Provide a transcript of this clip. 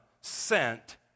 sent